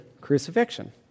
crucifixion